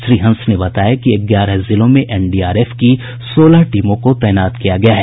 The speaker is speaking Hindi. श्री हंस ने बताया कि ग्यारह जिलों में एनडीआरएफ की सोलह टीमों को तैनात किया गया है